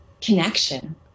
connection